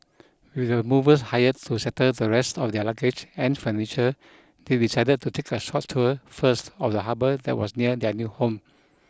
with the movers hired to settle the rest of their luggage and furniture they decided to take a short tour first of the harbour that was near their new home